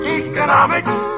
economics